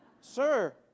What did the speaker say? sir